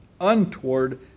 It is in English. untoward